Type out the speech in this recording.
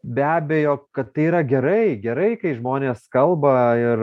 be abejo kad tai yra gerai gerai kai žmonės kalba ir